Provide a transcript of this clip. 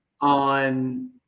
on